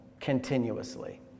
continuously